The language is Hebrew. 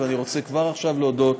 ואני רוצה כבר עכשיו להודות